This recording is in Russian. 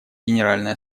генеральная